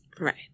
Right